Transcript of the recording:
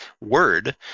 word